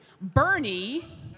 Bernie